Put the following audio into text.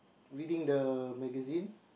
reading the magazine